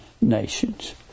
Nations